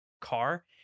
car